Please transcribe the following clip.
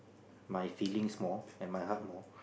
my feelings more and my heart more